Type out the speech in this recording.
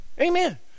amen